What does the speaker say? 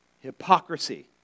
hypocrisy